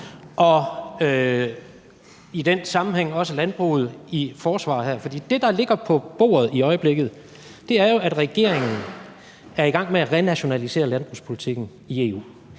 og i den sammenhæng også tager landbruget i forsvar, for det, der i øjeblikket ligger på bordet, er, at regeringen er i gang med at renationalisere landbrugspolitikken i EU.